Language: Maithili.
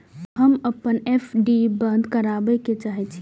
हम अपन एफ.डी बंद करबा के चाहे छी